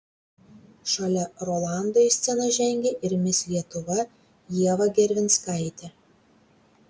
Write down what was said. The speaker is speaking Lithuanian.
šalia rolando į sceną žengė ir mis lietuva ieva gervinskaitė